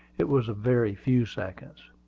it was a very few seconds.